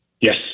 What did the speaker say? Yes